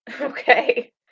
Okay